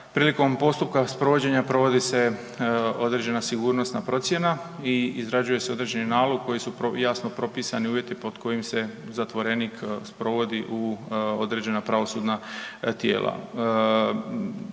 prilikom postupka sprovođenja provodi se određena sigurnosna procjena i izrađuje se određeni nalog kojim su jasno propisani uvjeti pod kojim se zatvorenik sprovodi u određena pravosudna tijela.